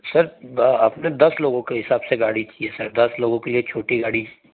sir अपने दस लोगों के हिसाब से गाड़ी की सर दस लोगों के लिए छोटी गाड़ी